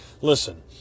listen